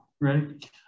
Ready